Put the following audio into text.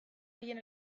haien